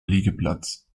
liegeplatz